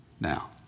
Now